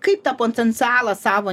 kaip tą potencialą savo